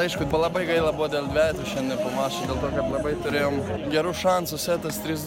aišku labai gaila buvo dėl dvejetų šiandien po mačo dėl to kad labai turėjom gerus šansus setas trys du